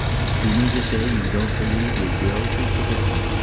you mean to say you don't believe we will keep together?